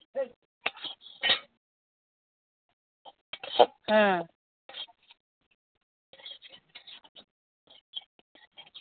হ্যাঁ